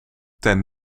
ten